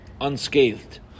unscathed